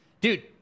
dude